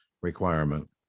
requirement